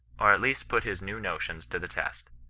or at least put his new notions to the test.